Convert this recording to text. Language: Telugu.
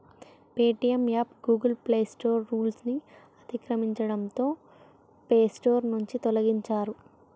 Paytm app Google play store rules ని అతిక్రమించడంతో పేసోర్ నుంచి తొలగించారు